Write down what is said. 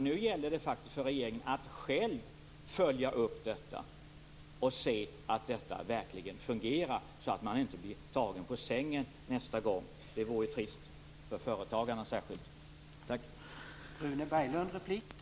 Nu gäller det faktiskt för regeringen att själv följa upp detta och se att det verkligen fungerar, så att den inte blir tagen på sängen nästa gång. Det vore trist, särskilt för företagarna.